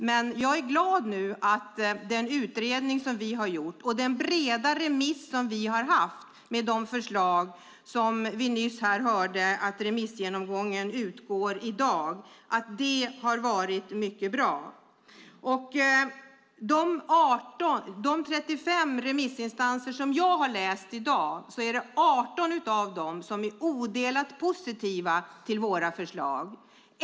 Men jag är glad över den utredning som vi har gjort, den breda remissomgång som vi har haft och de förslag som har kommit fram. Vi hörde nyss att remisstiden går ut i dag. Jag har läst svaren från 35 remissinstanser. Av dem är 18 odelat positiva till våra förslag.